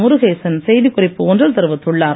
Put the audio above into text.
முருகேசன் செய்தி குறிப்பு ஒன்றில் தெரிவித்துள்ளார்